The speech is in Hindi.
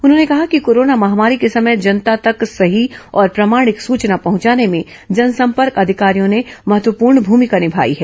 उन्होंने कहा कि कोरोना महामारी के समय जनता तक सही और प्रमाणिक सूचना पहुंचाने में जनसंपर्क अधिकारियों ने महत्वपूर्ण भूमिका निभाई है